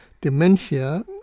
dementia